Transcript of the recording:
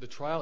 the trial